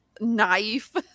Knife